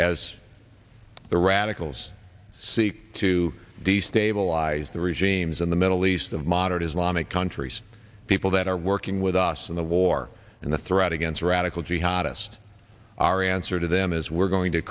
as the radicals seek to destabilize the regimes in the middle east of moderate islamic countries people that are working with us in the war and the threat against radical jihadists our answer to them is we're going to